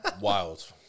Wild